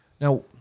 Now